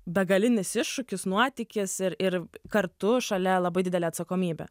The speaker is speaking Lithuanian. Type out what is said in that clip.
begalinis iššūkis nuotykis ir ir kartu šalia labai didelė atsakomybė